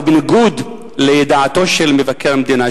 בניגוד לדעתו של מבקר המדינה,